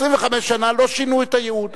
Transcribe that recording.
25 שנה לא שינו את הייעוד,